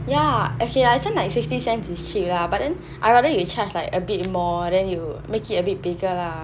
ya as in like sixty cents is cheap lah but then I rather you charge like a bit more then you make it a bit bigger lah